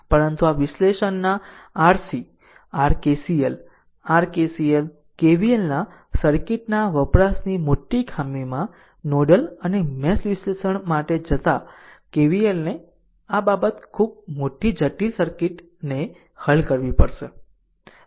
પરંતુ આ વિશ્લેષણના RCસી r KCL r KCL KVLના સર્કિટ વપરાશકારની મોટી ખામીમાં નોડલ અને મેશ વિશ્લેષણ માટે જતા KVLને આ બાબત ખૂબ મોટી જટિલ સર્કિટને હલ કરવી પડશે